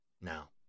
Now